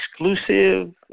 exclusive